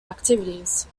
activities